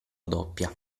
doppia